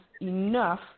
Enough